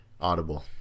Audible